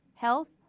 health,